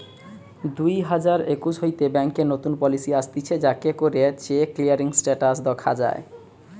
দুই হাজার একুশ হইতে ব্যাংকে নতুন পলিসি আসতিছে যাতে করে চেক ক্লিয়ারিং স্টেটাস দখা যায়